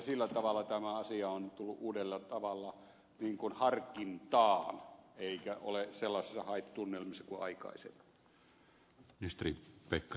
sillä tavalla tämä asia on tullut uudella tavalla harkintaan eikä ole sellaisissa hype tunnelmissa kuin aikaisemmin